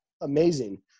amazing